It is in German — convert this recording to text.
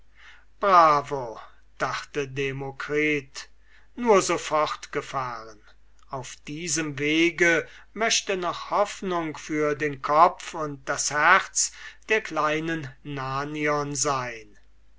bravo dachte demokritus nur so fortgefahren auf diesem wege möchte noch hoffnung für den kopf und das herz der kleinen nannion sein